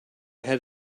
had